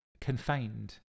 Confined